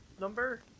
number